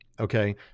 okay